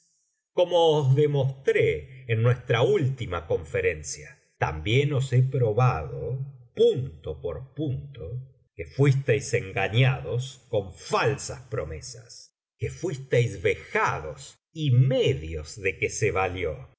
os demostré en nuestra última conferencia también os he probado punto por punto que fuisteis engañados con falsas promesas que fuisteis vejados y medios de que se valió